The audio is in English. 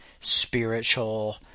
spiritual